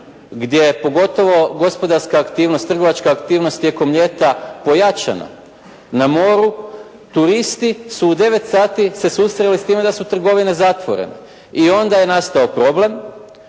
gdje je pogotovo gospodarska aktivnost, trgovačka aktivnost tijekom ljeta pojačana, na moru turisti su u 21 sat se susreli s time da su trgovine zatvorene i onda je nastao problem,